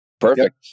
perfect